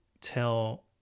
tell